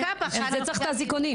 בשביל זה צריך את האזיקונים.